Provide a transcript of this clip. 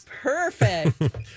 Perfect